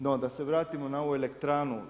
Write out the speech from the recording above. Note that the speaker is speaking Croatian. No da se vratimo na ovu elektranu.